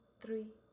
three